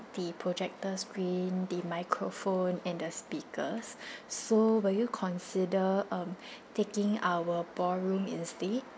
the projector screen the microphone and the speakers so will you consider um taking our ballroom instead